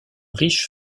riche